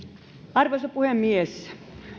arvoisa puhemies